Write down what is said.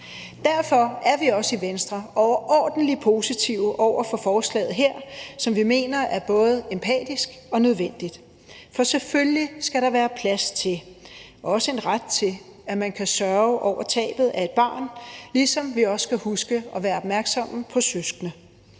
Derfor er vi også i Venstre overordentlig positive over for forslaget her, som vi mener er både empatisk og nødvendigt, for selvfølgelig skal der være plads til og også en ret til, at man kan sørge over tabet af et barn, ligesom vi også skal huske at være opmærksomme på søskende.